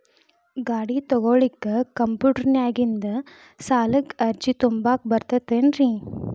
ಗಾಡಿ ತೊಗೋಳಿಕ್ಕೆ ಕಂಪ್ಯೂಟೆರ್ನ್ಯಾಗಿಂದ ಸಾಲಕ್ಕ್ ಅರ್ಜಿ ತುಂಬಾಕ ಬರತೈತೇನ್ರೇ?